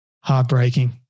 heartbreaking